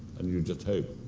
and you just hope.